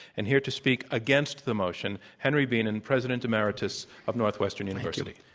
and here to speak against the motion, henry bienen, president emeritus of northwestern university.